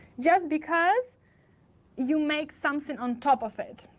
just because you make something on top of it.